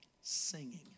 singing